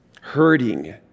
hurting